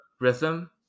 rhythm